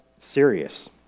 serious